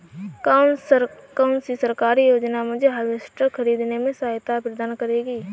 कौन सी सरकारी योजना मुझे हार्वेस्टर ख़रीदने में सहायता प्रदान करेगी?